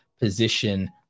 position